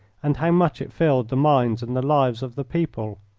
and how much it filled the minds and the lives of the people.